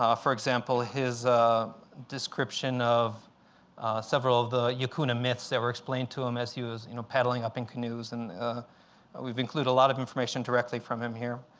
um for example, his description of several of the yucuna myths that were explained to him as he was you know paddling up in canoes. and we've included a lot of information directly from him here.